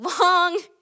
long